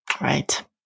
Right